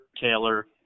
Taylor